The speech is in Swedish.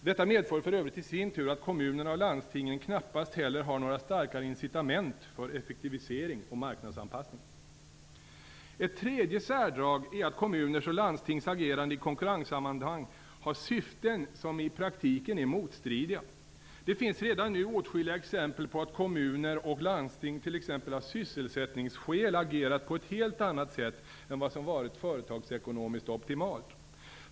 Detta medför för övrigt i sin tur att kommunerna och landstingen knappast heller har några starkare incitament för effektivisering och marknadsanpassning. Ett tredje särdrag är att kommuners och landstings agerande i konkurrenssammanhang har syften som i praktiken är motstridiga. Det finns redan nu åtskilliga exempel på att kommuner och landsting, t.ex. av sysselsättningsskäl, agerat på ett helt annat sätt än vad som varit företagsekonomiskt optimalt.